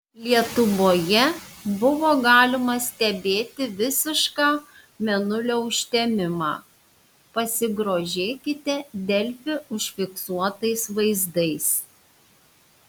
lietuvoje buvo galima stebėti visišką mėnulio užtemimą pasigrožėkite delfi užfiksuotais vaizdais